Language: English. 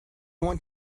want